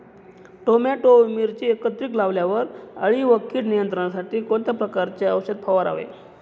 Tomato व मिरची एकत्रित लावल्यावर अळी व कीड नियंत्रणासाठी कोणत्या प्रकारचे औषध फवारावे?